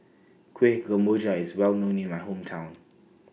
Kuih Kemboja IS Well known in My Hometown